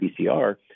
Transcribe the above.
PCR